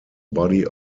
body